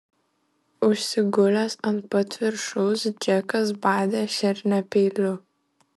užsigulęs ant pat viršaus džekas badė šernę peiliu